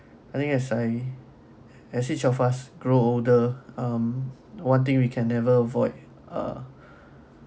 I think as I as each of us grow older um one thing we can never avoid are